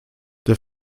der